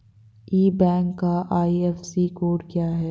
इस बैंक का IFSC code क्या है?